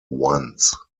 once